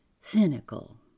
cynical